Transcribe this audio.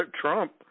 Trump